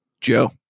Joe